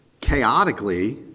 chaotically